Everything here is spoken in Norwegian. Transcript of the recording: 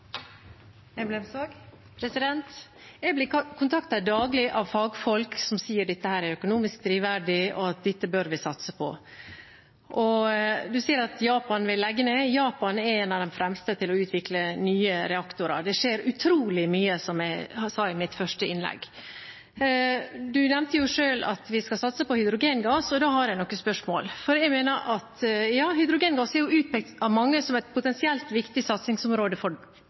Du sier at Japan vil legge ned. Japan er en av de fremste til å utvikle nye reaktorer. Det skjer utrolig mye, som jeg sa i mitt første innlegg. Du nevnte selv at vi skal satse på hydrogengass, og da har jeg noen spørsmål. Ja, hydrogengass er utpekt av mange som et potensielt viktig satsingsområde for